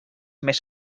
més